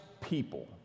people